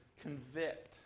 convict